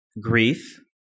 grief